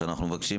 שאנחנו מבקשים